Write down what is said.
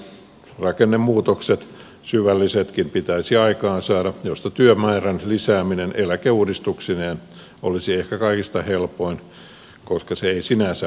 rakennemuutokset syvällisetkin pitäisi aikaansaada joista työn määrän lisääminen eläkeuudistuksineen olisi ehkä kaikista helpoin koska se ei sinänsä maksa mitään